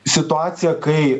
situacija kai